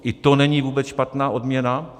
I to není vůbec špatná odměna.